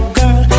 girl